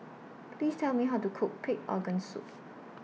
Please Tell Me How to Cook Pig'S Organ Soup